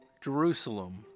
Jerusalem